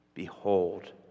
Behold